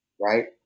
right